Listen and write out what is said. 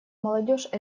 молодежь